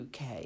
UK